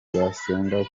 basenga